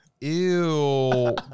ew